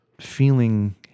feeling